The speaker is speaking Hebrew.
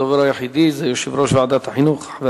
הדובר היחידי הוא יושב-ראש ועדת החינוך,